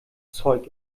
zeug